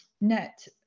net